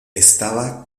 estaba